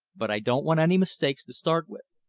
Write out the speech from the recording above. but i don't want any mistakes to start with.